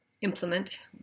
Implement